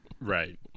Right